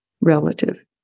relative